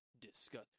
disgusting